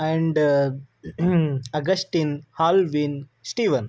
and Augustine Halvin Steven